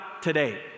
today